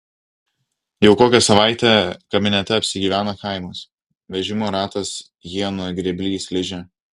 jau kokią savaitę kabinete apsigyvena kaimas vežimo ratas iena grėblys ližė